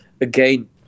Again